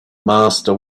master